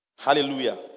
Hallelujah